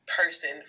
person